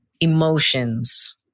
emotions